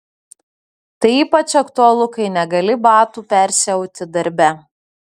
tai ypač aktualu kai negali batų persiauti darbe